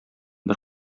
бер